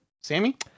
Sammy